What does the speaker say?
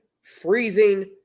freezing